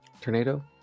tornado